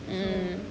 mm